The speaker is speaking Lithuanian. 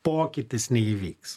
pokytis neįvyks